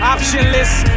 Optionless